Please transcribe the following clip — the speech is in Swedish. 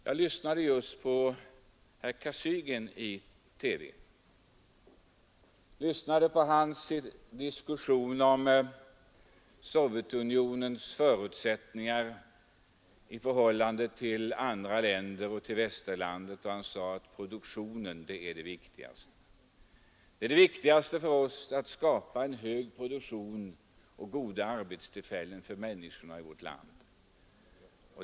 Jag lyssnade just på herr Kosygin i TV när han diskuterade Sovjetunionens förutsättningar i förhållande till andra länder och till Västerlandet. Han sade att produktionen är det viktigaste — det är det viktigaste för oss att skapa en hög produktion och goda arbetstillfällen för människorna i vårt land.